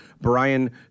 Brian